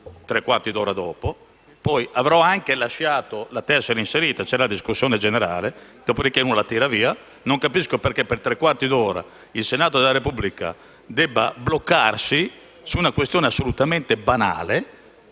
tre quarti d'ora dopo. Avrò anche lasciato la tessera inserita (c'era la discussione generale), ma poteva essere estratta. Non capisco perché per tre quarti d'ora il Senato della Repubblica debba bloccarsi su una questione assolutamente banale,